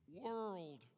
world